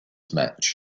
match